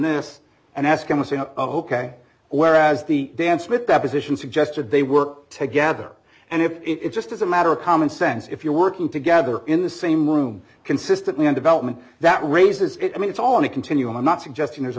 this and ask him to say ok whereas the dance with that position suggested they work together and if it's just as a matter of common sense if you're working together in the same room consistently in development that raises it i mean it's all in the continuum i'm not suggesting there's a